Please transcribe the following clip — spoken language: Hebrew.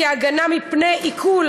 כי ההגנה מפני עיקול,